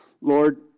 Lord